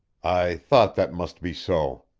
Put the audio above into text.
i thought that must be so.